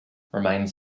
remains